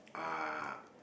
uh